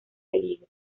peligro